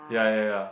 ya ya ya